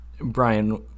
Brian